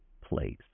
place